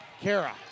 Kara